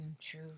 True